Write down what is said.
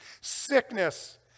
sickness